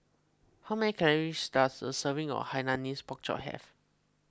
how many calories does a serving of Hainanese Pork Chop have